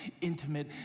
intimate